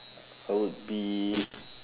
I would be